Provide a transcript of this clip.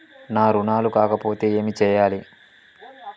నా రుణాలు కాకపోతే ఏమి చేయాలి?